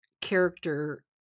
character